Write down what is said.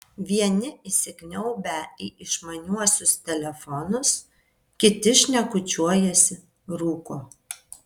vieni įsikniaubę į išmaniuosius telefonus kiti šnekučiuojasi rūko